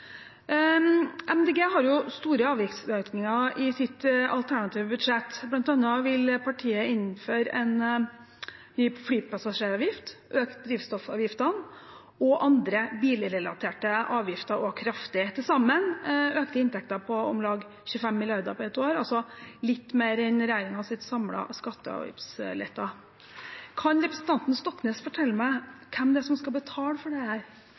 MDG har store avgiftsøkninger i sitt alternative budsjett. Blant annet vil partiet innføre en ny flypassasjeravgift og øke drivstoffavgiftene og andre bilrelaterte avgifter kraftig – til sammen økte inntekter på om lag 25 mrd. kr på ett år, altså litt mer enn regjeringens samlede skatte- og avgiftsletter. Kan representanten Stoknes fortelle meg hvem det er som skal betale for